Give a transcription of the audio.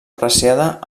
apreciada